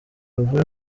bavuye